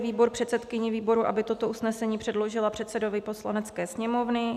Výbor pověřuje předsedkyni výboru, aby toto usnesení předložila předsedovi Poslanecké sněmovny.